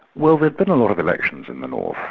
well there'd been a lot of elections in the north,